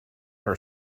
her